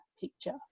picture